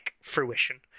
fruition